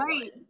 Right